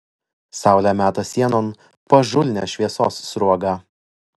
saulė meta sienon pažulnią šviesos sruogą